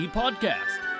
podcast